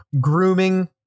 grooming